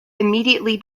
immediately